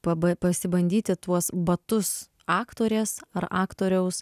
paba pasibandyti tuos batus aktorės ar aktoriaus